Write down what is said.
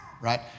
right